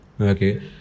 Okay